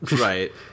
Right